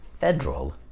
Federal